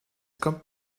kommt